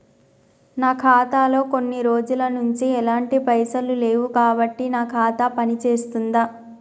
నా ఖాతా లో కొన్ని రోజుల నుంచి ఎలాంటి పైసలు లేవు కాబట్టి నా ఖాతా పని చేస్తుందా?